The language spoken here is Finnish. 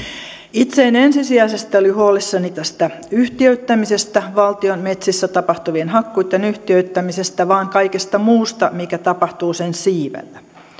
itse en ensisijaisesti ole huolissani tästä yhtiöittämisestä valtion metsissä tapahtuvien hakkuitten yhtiöittämisestä vaan kaikesta muusta mikä tapahtuu sen siivellä